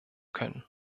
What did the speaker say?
können